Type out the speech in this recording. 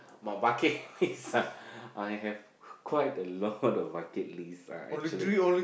my bucket list ah I have quite a lot of bucket list lah actually